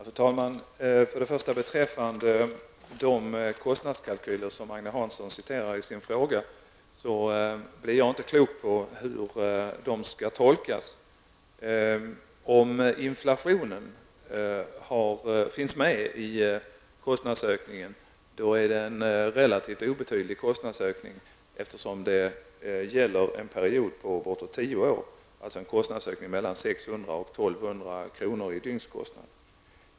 Fru talman! För det första blir jag inte klok på hur de kostnadskalkyler som Agne Hansson citerar i sin fråga skall tolkas. Om inflationen är medräknad är kostnadsökningen relativt obetydlig, eftersom det gäller en period på tio år. Det är fråga om en kostnadsökning mellan 600 och 1 200 kr. i dygnskostnad.